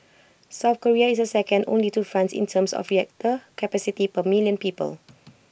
south Korea is second only to France in terms of reactor capacity per million people